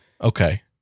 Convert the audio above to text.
Okay